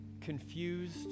confused